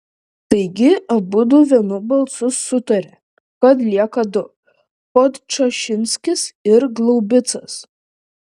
taigi abudu vienu balsu sutarė kad lieka du podčašinskis ir glaubicas